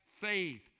faith